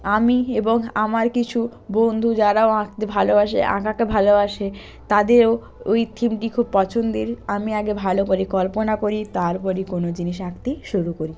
আমি এবং আমার কিছু বন্ধু যারাও আঁকতে ভালোবাসে আঁকাকে ভালোবাসে তাদেরও ওই থিমটি খুব পছন্দের আমি আগে ভালো করে কল্পনা করি তার পরে কোনো জিনিস আঁকতে শুরু করি